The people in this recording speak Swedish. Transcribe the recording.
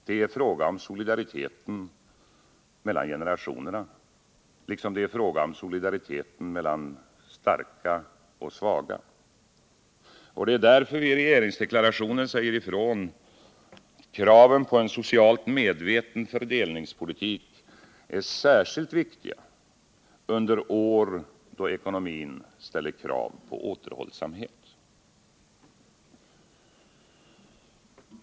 Det är fråga om solidariteten mellan generationerna liksom mellan starka och svaga. Det är därför vi i regeringsdeklarationen säger ifrån att kraven på en socialt medveten fördelningspolitik är särskilt viktiga under år då ekonomin ställer krav på återhållsamhet.